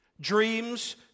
dreams